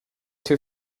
too